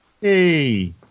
Hey